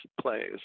plays